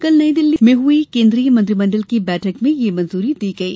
कल नई दिल्ली मे हुई केन्द्रीय मंत्रिमंडल की बैठक में यह मंजूरी दी गई